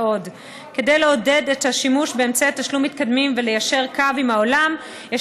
כדי לעודד את השימוש באמצעי תשלום מתקדמים וליישר קו עם העולם יש